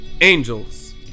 angels